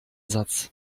satz